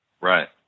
Right